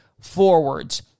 forwards